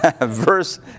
Verse